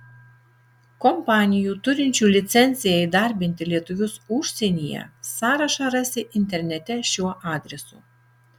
kompanijų turinčių licenciją įdarbinti lietuvius užsienyje sąrašą rasi internete šiuo adresu